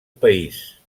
país